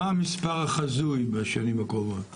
מה המספר החזוי בשנים הקרובות?